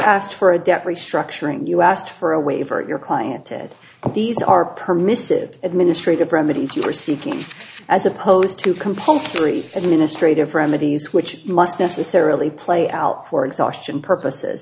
asked for a debt restructuring you asked for a waiver of your client ted and these are permissive administrative remedies you are seeking as opposed to compulsory administrative remedies which must necessarily play out for exhaustion purposes